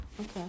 okay